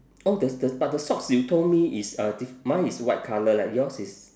oh there's there's but the socks you told me is uh diff~ mine is white colour leh yours is